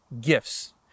gifts